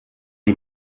die